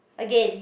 again